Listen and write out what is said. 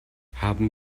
haben